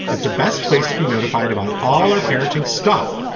it's the best place to be notified about all our parenting stuff,